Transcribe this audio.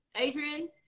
Adrian